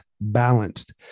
balanced